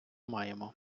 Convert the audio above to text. маємо